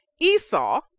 Esau